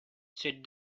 said